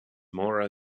mora